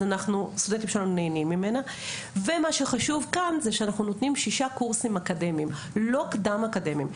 מה שחשוב כאן הוא שאנחנו נותנים שישה קורסים אקדמיים ולא קדם אקדמיים.